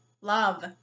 Love